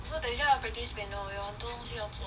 so 等下要 practice piano 我有很多东西要做